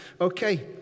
Okay